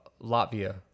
Latvia